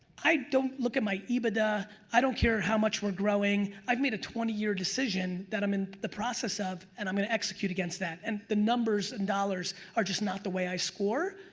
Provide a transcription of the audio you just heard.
i don't look at my ebitda, i don't care how much we're growing. i've made a twenty year decision that i'm in the process of and i'm gonna execute against that. and the numbers and dollars are just not the way i score.